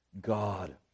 God